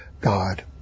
God